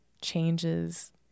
changes